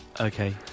Okay